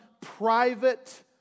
private